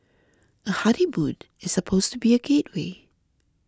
a honeymoon is supposed to be a gateway